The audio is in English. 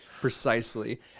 Precisely